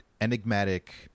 enigmatic